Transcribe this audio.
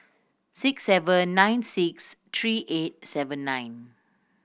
six seven nine six three eight seven nine